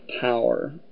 power